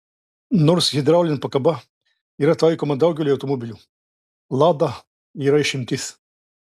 nors hidraulinė pakaba yra taikoma daugeliui automobilių lada yra išimtis